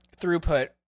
throughput